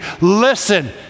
Listen